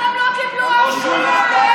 שתקת.